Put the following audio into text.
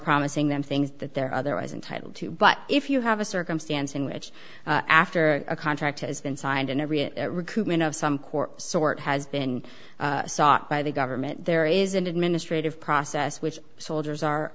promising them things that they're otherwise entitled to but if you have a circumstance in which after a contract has been signed and every a recoupment of some core sort has been sought by the government there is an administrative process which soldiers are